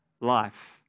life